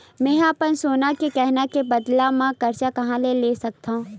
मेंहा अपन सोनहा के गहना के बदला मा कर्जा कहाँ ले सकथव?